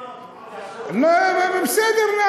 בסדר,